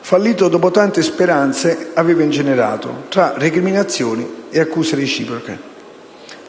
fallito dopo che tante speranze aveva ingenerato, tra recriminazioni e accuse reciproche.